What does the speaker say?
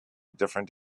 different